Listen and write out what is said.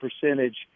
percentage